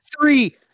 three